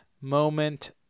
moment